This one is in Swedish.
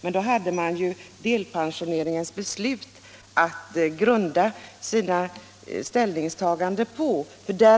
Men då hade man ju beslutet om delpensioneringen och det var lätt att grunda sina ställningstaganden på denna reform.